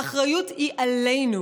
האחריות היא עלינו.